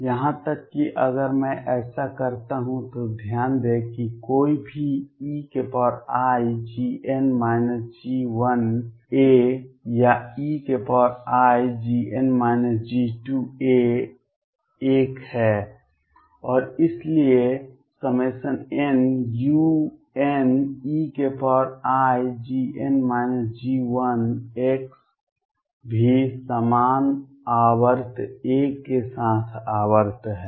यहां तक कि अगर मैं ऐसा करता हूं तो ध्यान दें कि कोई भी eia या eia 1 है और इसलिए nuneix भी समान आवर्त a के साथ आवर्त है